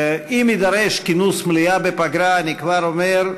אם יידרש כינוס מליאה בפגרה, אני כבר אומר: